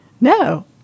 No